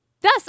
Thus